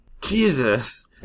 Jesus